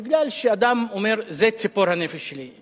בגלל שאדם אומר: זה ציפור הנפש שלי.